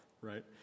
right